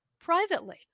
privately